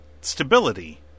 stability